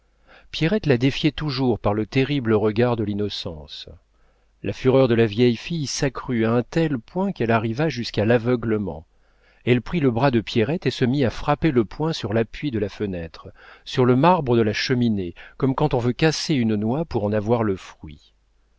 pierrette la défiait toujours par le terrible regard de l'innocence la fureur de la vieille fille s'accrut à un tel point qu'elle arriva jusqu'à l'aveuglement elle prit le bras de pierrette et se mit à frapper le poing sur l'appui de la fenêtre sur le marbre de la cheminée comme quand on veut casser une noix pour en avoir le fruit